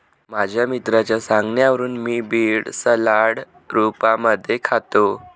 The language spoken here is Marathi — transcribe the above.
माझ्या मित्राच्या सांगण्यावरून मी बीड सलाड रूपामध्ये खातो